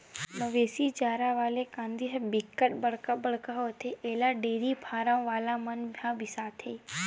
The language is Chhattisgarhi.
मवेशी चारा वाला कांदी ह बिकट बड़का बड़का होथे अउ एला डेयरी फारम वाला मन ह बिसाथे